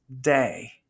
day